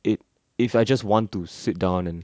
it if I just want to sit down and